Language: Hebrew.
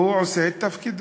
הוא עושה את תפקידו.